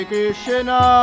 Krishna